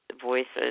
voices